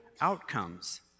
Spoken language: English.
outcomes